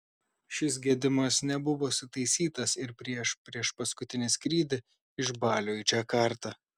šis gedimas nebuvo sutaisytas ir prieš priešpaskutinį skrydį iš balio į džakartą